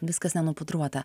viskas nenupudruota